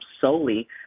solely